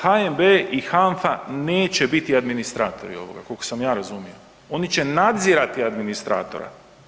HNB i HANFA neće biti administratori ovoga, koliko sam ja razumio, oni će nadzirati administratora.